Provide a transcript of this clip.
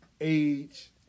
age